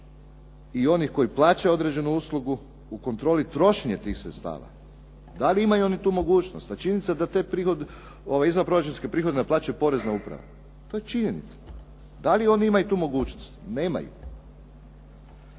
i onih koji plaćaju određenu uslugu u kontroli trošenja tih sredstava, da li imaju oni tu mogućnost? A činjenica je da te izvanproračunske prihode naplaćuje porezna uprava, to je činjenica. Da li oni imaju tu mogućnost? Nemaju.